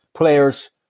Players